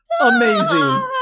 Amazing